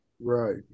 right